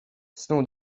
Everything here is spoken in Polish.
snuł